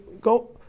go